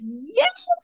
Yes